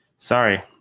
Sorry